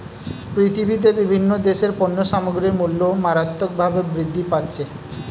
পৃথিবীতে বিভিন্ন দেশের পণ্য সামগ্রীর মূল্য মারাত্মকভাবে বৃদ্ধি পাচ্ছে